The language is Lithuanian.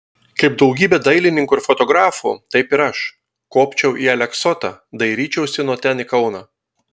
kaip daugybė dailininkų ir fotografų taip ir aš kopčiau į aleksotą dairyčiausi nuo ten į kauną